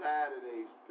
Saturdays